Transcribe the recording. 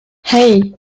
hey